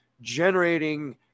generating